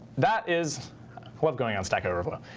that is love going on stack overflow.